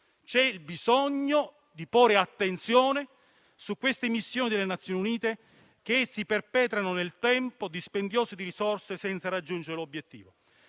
C'è bisogno di porre attenzione su queste missioni delle Nazioni Unite che si perpetuano nel tempo, con dispendio di risorse, senza raggiungere l'obiettivo.